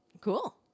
Cool